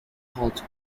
called